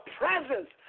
presence